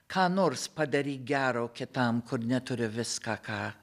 ką nors padaryk gero kitam kur neturi viską ką